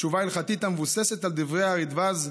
תשובה הלכתית המבוססת על דברי הרדב"ז,